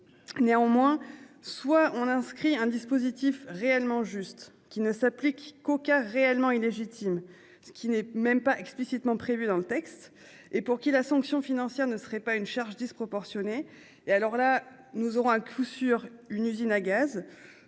Néanmoins, soit on a inscrit un dispositif réellement juste qui ne s'applique qu'aux cas réellement illégitime. Ce qui n'est même pas explicitement prévu dans le texte et pour qui la sanction financière ne serait pas une charge disproportionnée et alors là, nous aurons un coup sur une usine à gaz.